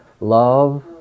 love